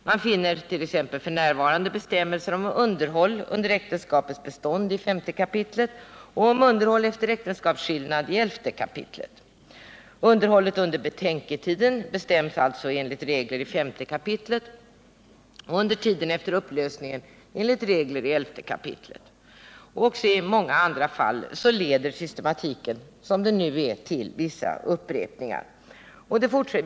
Man finner t.ex. bestämmelser om underhåll under äktenskapets bestånd i 5 kap. och bestämmelser om underhåll efter äktenskapsskillnad i 11 kap. Underhållet under betänketiden bestäms alltså enligt regler i 5 kap. och underhållet under tiden efter upplösningen enligt regler i 11 kap. Också i många andra fall leder systematiken, som den nu är, till vissa upprepningar.